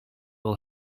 will